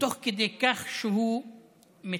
ותוך כדי כך שהוא מציל,